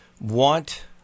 want